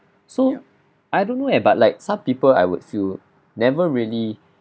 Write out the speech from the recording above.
so I don't know eh but like some people I would feel never really